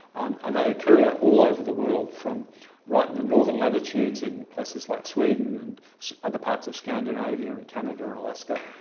and they occur all over the world from right in the northern latitudes in places like sweden and other parts of scandinavia, and canada and alaska,